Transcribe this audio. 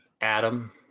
Adam